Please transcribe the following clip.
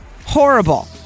Horrible